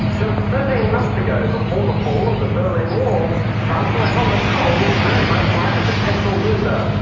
just thirteen months ago before the fall of the berlin wall, chancellor helmut kohl looked very much like a potential loser.